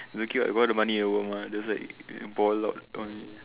it's okay what you got the money in the world mah just like boil out only